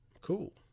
cool